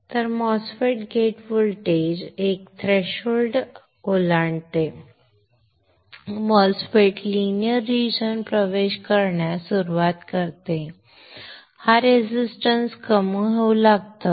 तर MOSFET gate voltage एक threshold ओलांडते MOSFET लिनियर रिजन प्रवेश करण्यास सुरवात करते हा रेजिस्टन्स कमी होऊ लागतो